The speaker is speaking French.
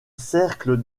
cercle